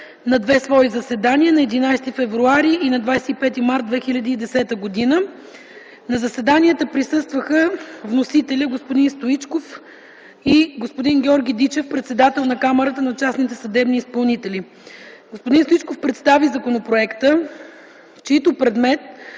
на две заседания – на 11 февруари и на 25 март 2010 г. На заседанията присъстваха вносителят Огнян Стоичков и господин Георги Дичев - председател на Камарата на частните съдебни изпълнители. Господин Стоичков представи законопроекта, в чийто предметен